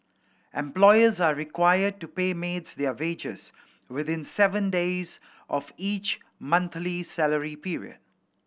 employers are required to pay maids their wages within seven days of each monthly salary period